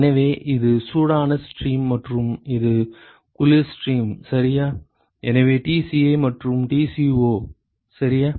எனவே இது சூடான ஸ்ட்ரீம் மற்றும் இது குளிர் ஸ்ட்ரீம் சரியா எனவே Tci மற்றும் Tco சரியா